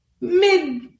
mid